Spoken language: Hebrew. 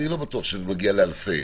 אני לא בטוח שזה מגיע לאלפים,